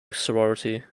sorority